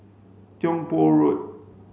Tiong Poh Road